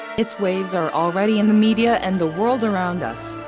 its waves are already in the media and the world around us.